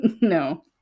No